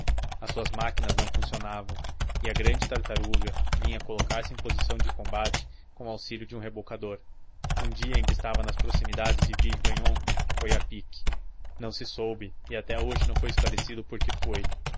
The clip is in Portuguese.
as suas máquinas não funcionavam e a grande tartaruga vinha colocar-se em posição de combate com auxílio de um rebocador um dia em que estava nas proximidades de villegaignon foi a pique não se soube e até hoje não foi esclarecido por que foi